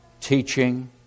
teaching